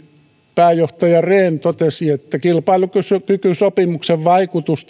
pääjohtaja rehn totesi että kilpailukykysopimuksen vaikutus